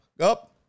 up